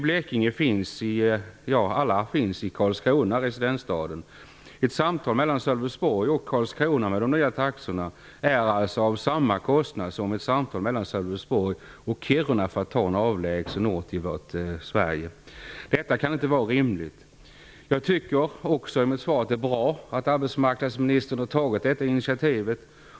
De finns i residensstaden Karlskrona i Blekinge. Ett samtal mellan Sölvesborg och Karlskrona kostar med de nya taxorna lika mycket som ett samtal mellan Sölvesborg och Kiruna, för att ta en avlägsen ort. Det kan inte vara rimligt. Jag tycker också att det är bra att arbetsmarknadsministern har tagit detta initiativ.